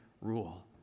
rule